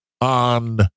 on